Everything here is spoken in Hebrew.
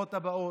בבחירות הבאות,